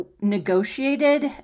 negotiated